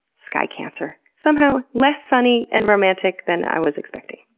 sky cancer. somehow, less sunny and romantic than i was expecting.